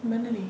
mana ini